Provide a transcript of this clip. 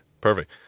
Perfect